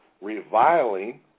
reviling